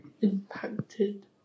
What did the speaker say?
impacted